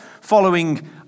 following